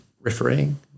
refereeing